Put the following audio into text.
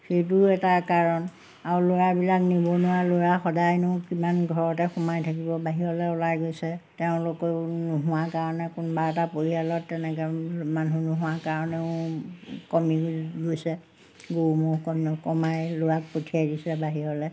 সেইটোও এটা কাৰণ আৰু ল'ৰাবিলাক নিবনুৱা ল'ৰা সদায়নো কিমান ঘৰতে সোমাই থাকিব বাহিৰলৈ ওলাই গৈছে তেওঁলোকেও নোহোৱা কাৰণে কোনোবা এটা পৰিয়ালত তেনেকৈ মানুহ নোহোৱা কাৰণেও কমি গৈছে গৰু ম'হ কম কমাই ল'ৰাক পঠিয়াই দিছে বাহিৰলৈ